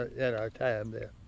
and our time there.